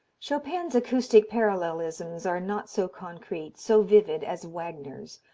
chopin's acoustic parallelisms are not so concrete, so vivid as wagner's.